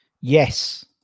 Yes